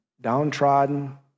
downtrodden